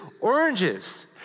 oranges